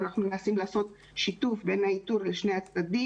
ואנחנו מנסים לעשות שיתוף בין האיתור לשני הצדדים.